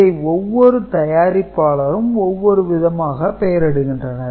இதை ஒவ்வொரு தயாரிப்பாளரும் ஒவ்வொரு விதமாக பெயரிடுகின்றனர்